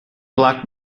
black